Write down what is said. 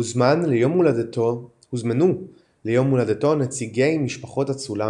הוזמנו ליום הולדתו נציגי משפחות אצולה